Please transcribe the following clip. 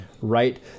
right